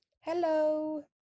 Hello